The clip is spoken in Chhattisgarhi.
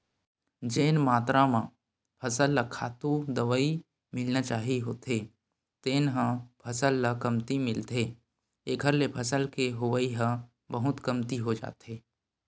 जेन मातरा म फसल ल खातू, दवई मिलना चाही होथे तेन ह फसल ल कमती मिलथे एखर ले फसल के होवई ह बहुते कमती हो जाथे